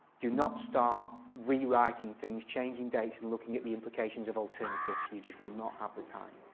do not start re-writing things, changing dates and looking at the implications of alternatives. you just will not have the time.